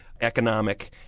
economic